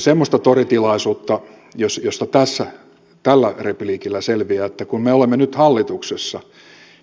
semmoista toritilaisuutta ei ole josta tällä repliikillä selviää että kun me olemme nyt hallituksessa